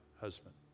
husband